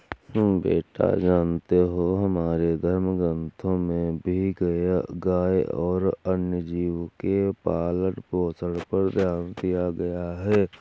बेटा जानते हो हमारे धर्म ग्रंथों में भी गाय और अन्य जीव के पालन पोषण पर ध्यान दिया गया है